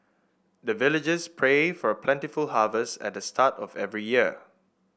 the villagers pray for plentiful harvest at the start of every year